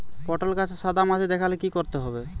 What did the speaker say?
পটলে গাছে সাদা মাছি দেখালে কি করতে হবে?